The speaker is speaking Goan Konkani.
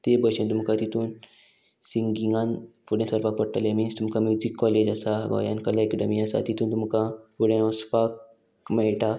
ते भशेन तुमकां तितून सिंगिंगान फुडें सरपाक पडटलें मिन्स तुमकां म्युजीक कॉलेज आसा गोंयान कला एकेडमी आसा तितून तुमकां फुडें वचपाक मेयटा